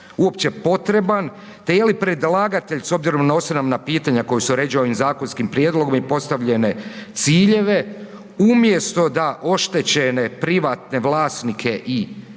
uopće potreban, te je li predlagatelj s obzirom na osnovna pitanja koja se uređuju ovim zakonskim prijedlogom i postavljene ciljeve, umjesto da oštećene privatne vlasnike i